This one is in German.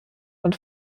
und